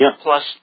plus